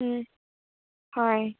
ꯎꯝ ꯍꯣꯏ